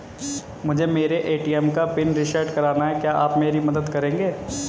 मुझे मेरे ए.टी.एम का पिन रीसेट कराना है क्या आप मेरी मदद करेंगे?